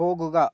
പോകുക